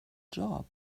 job